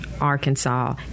Arkansas